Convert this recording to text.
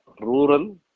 rural